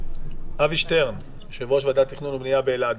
אבי שטרן, יו"ר ועדת תכנון ובנייה באלעד.